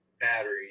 battery